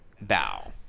bow